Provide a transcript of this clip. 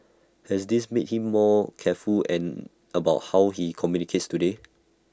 has this made him more careful about how he communicates today